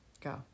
Go